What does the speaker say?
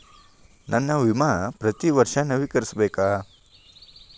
ನನ್ನ ವಿಮಾ ಪ್ರತಿ ವರ್ಷಾ ನವೇಕರಿಸಬೇಕಾ?